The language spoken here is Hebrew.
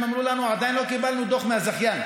הם אמרו לנו: עדיין לא קיבלנו דוח מהזכיין.